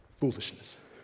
Foolishness